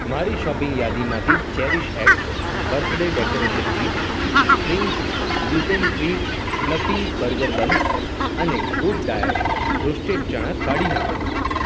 મારી શોપિંગ યાદીમાંથી CherishX birthday decoration kit spring gluten free fluffy burger buns અને Good Diet roasted chana કાઢી નાંખો